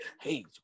Hey